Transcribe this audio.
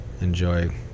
enjoy